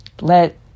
let